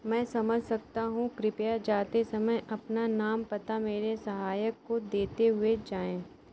मैं समझ सकता हूँ कृपया जाते समय अपना नाम पता मेरे सहायक को देते हुए जाएँ